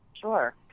Sure